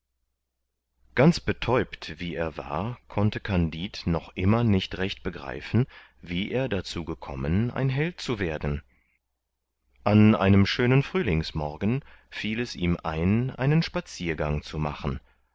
ganz betäubt wie er war konnte kandid noch immer nicht recht begreifen wie er dazu gekommen ein held zu werden an einem schönen frühlingsmorgen fiel es ihm ein einen spaziergang zu machen